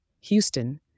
Houston